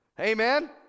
Amen